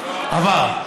עבר.